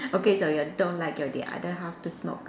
okay so you don't like your the other half to smoke